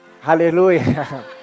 Hallelujah